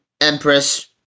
Empress